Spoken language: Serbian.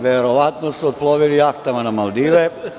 Verovatno su otplovili jahtama na Maldive.